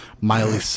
Miley